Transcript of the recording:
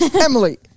Emily